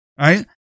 Right